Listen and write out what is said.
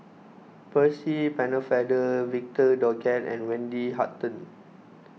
Percy Pennefather Victor Doggett and Wendy Hutton